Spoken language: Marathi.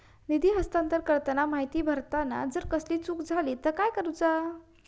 निधी हस्तांतरण करताना माहिती भरताना जर कसलीय चूक जाली तर काय करूचा?